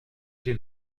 j’ai